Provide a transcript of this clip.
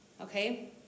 okay